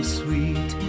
sweet